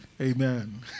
Amen